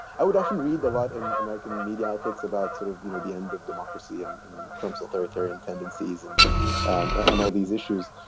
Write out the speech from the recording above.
i would often read a lot in american media outlets about sort of you know the end of democracy and trump's authoritarian tendencies and and all these issues,